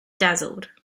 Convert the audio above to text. dazzled